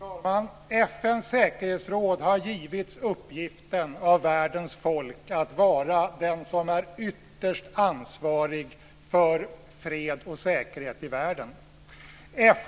Fru talman! FN:s säkerhetsråd har givits uppgiften av världens folk att vara den som är ytterst ansvarig för fred och säkerhet i världen.